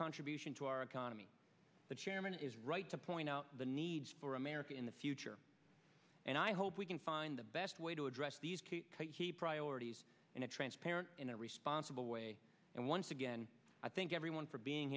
contribution to our economy the chairman is right to point out the needs for america in the future and i hope we can find the best way to address these key priorities in a transparent in a responsible way and once again i think everyone for being